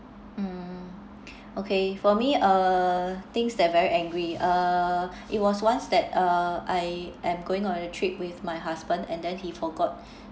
mm okay for me uh things that very angry uh it was once that uh I am going on a trip with my husband and then he forgot